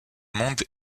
monde